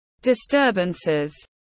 disturbances